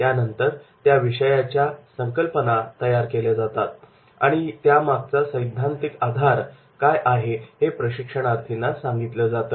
त्यानंतर त्या विषयाच्या संकल्पना तयार केल्या जातात आणि त्यामागचा सैद्धांतिक आधार काय आहे हे प्रशिक्षणार्थींना सांगितलं जातं